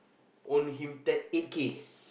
own him ten eight k